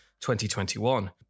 2021